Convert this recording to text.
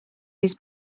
his